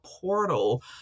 portal